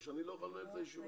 או שאני לא אוכל לנהל את הישיבה,